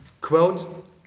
Quote